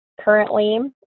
currently